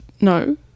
No